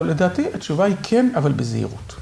לדעתי, התשובה היא כן, אבל בזהירות.